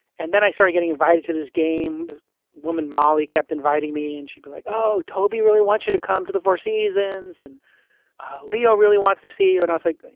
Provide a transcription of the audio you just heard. and then, i started getting invited to this game. this woman, molly, kept inviting me and she was but like, oh, toby really wants you to come to the four seasons. and leo really wants to see you. and i was like,